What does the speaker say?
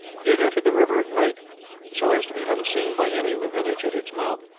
he had entered the river at night so as to be unseen by any in the village at its mouth,